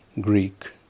Greek